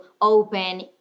open